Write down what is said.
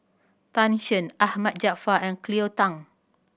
Tan Shen Ahmad Jaafar and Cleo Thang